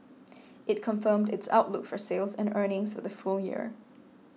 it confirmed its outlook for sales and earnings for the full year